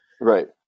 right